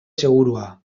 segurua